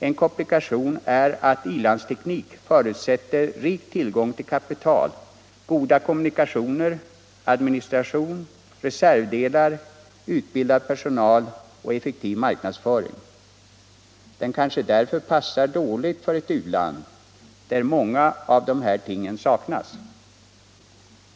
En komplikation är att i-landsteknik förutsätter rik tillgång till kapital, goda kommunikationer, administration, reservdelar, utbildad personal och effektiv marknadsföring. Den kanske därför passar dåligt för ett u-land, där många av dessa ting saknas.